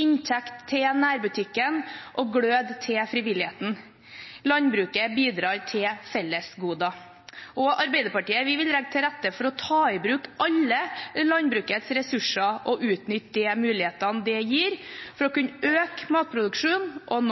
inntekt til nærbutikken og glød til frivilligheten. Landbruket bidrar til fellesgoder. Arbeiderpartiet vil legge til rette for å ta i bruk alle landbrukets ressurser og utnytte de mulighetene det gir for å kunne øke